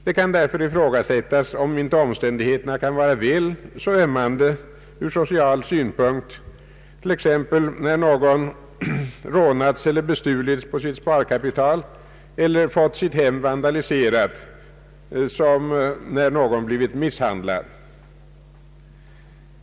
Det kan därför ifrågasättas, om icke omständigheterna kan vara väl så ömmande ur social synpunkt t.ex. när någon rånats eller bestulits på sitt sparkapital eller fått sitt hem vandaliserat som när någon blivit misshandlad.